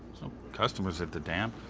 so customers at the dam.